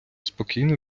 спокійно